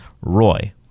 Roy